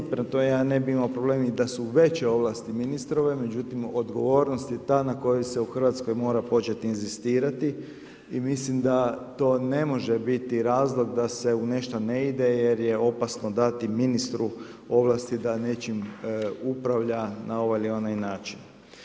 Prema tome, ja ne bih imao problem i da su veće ovlasti ministrove, međutim odgovornost je ta na kojoj se u Hrvatskoj mora početi inzistirati i mislim da to ne može biti razlog da se u nešto ne ide jer je opasno dati ministru ovlasti da nečim upravlja na ovaj ili onaj način.